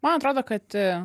man atrodo kad